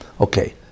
Okay